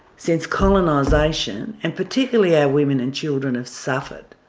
since colonisation, and particularly our women and children have suffered,